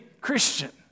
Christian